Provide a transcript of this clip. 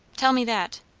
tell me that.